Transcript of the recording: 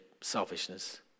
selfishness